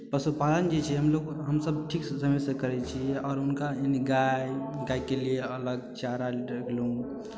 पशुपालन जे छै हमलोग हमसभ ठीकसँ ढङ्गसँ करै छियै आओर हुनका यानि गाय गायके लिए अलग चारा